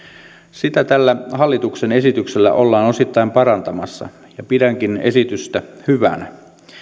sitä tällä hallituksen esityksellä ollaan osittain parantamassa ja pidänkin esitystä hyvänä